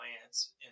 plants